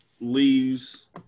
leaves